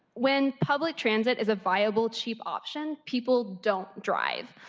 went public transit is a viable cheap option, people don't drive.